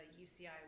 UCI